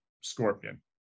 scorpion